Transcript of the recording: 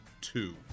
two